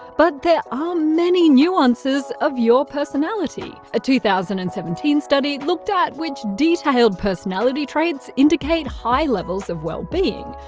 but there are many nuances of your personality. a two thousand and seventeen study looked at which detailed personality traits indicate high levels of well-being.